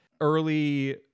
early